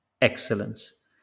excellence